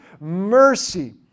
mercy